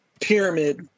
pyramid